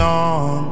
on